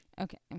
Okay